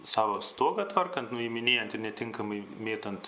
savo stogą tvarkant nuiminėjanti ir netinkamai mėtant